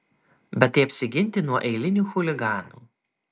bet tai apsiginti nuo eilinių chuliganų